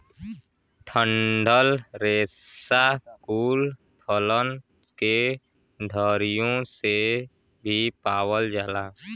डंठल रेसा कुछ फलन के डरियो से भी पावल जाला